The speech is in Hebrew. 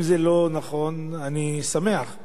אם זה לא נכון אני שמח,